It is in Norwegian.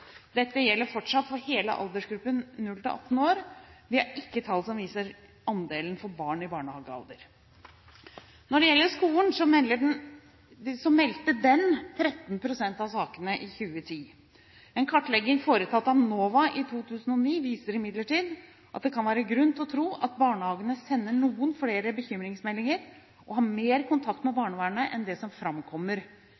Dette gjelder fortsatt for hele aldersgruppen 0–18 år, vi har ikke tall som viser andelen for barn i barnehagealder. Når det gjelder skolen, meldte den 13 pst. av sakene i 2010. En kartlegging foretatt av NOVA i 2009 viser imidlertid at det kan være grunn til å tro at barnehagene sender noen flere bekymringsmeldinger og har mer kontakt med